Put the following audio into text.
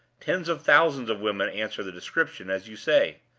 tens of thousands of women answer the description, as you say.